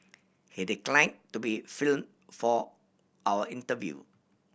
he decline to be film for our interview